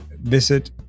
visit